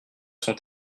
sont